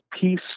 peace